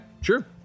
sure